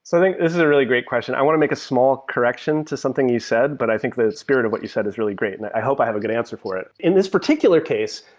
so think this is a really great question. i want to make a small correction to something you said, but i think the spirit of what you said is really great, and i i hope i have a good answer for it. in this particular case,